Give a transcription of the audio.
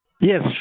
Yes